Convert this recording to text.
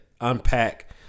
unpack